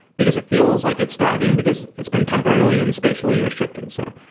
because it feels like it's thriving, because it's been temporarily and spatially restricted so